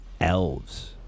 elves